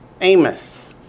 Amos